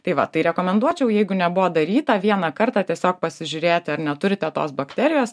tai va tai rekomenduočiau jeigu nebuvo daryta vieną kartą tiesiog pasižiūrėti ar neturite tos bakterijos